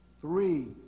three